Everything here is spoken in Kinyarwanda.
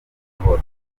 amahoro